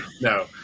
no